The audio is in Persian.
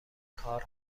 کار